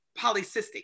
polycystic